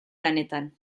lanetan